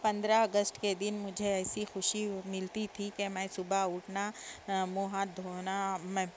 پندرہ اگسٹ کے دن مجھے ایسی خوشی ہو ملتی تھی کہ میں صبح اٹھنا منہ ہاتھ دھونا میں